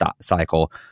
cycle